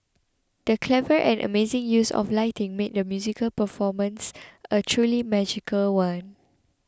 the clever and amazing use of lighting made the musical performance a truly magical one